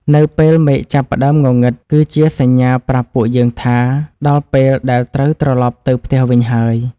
នៅពេលមេឃចាប់ផ្ដើមងងឹង គឺជាសញ្ញាប្រាប់ពួកយើងថា ដល់ពេលដែលត្រូវត្រឡប់ទៅផ្ទះវិញហើយ។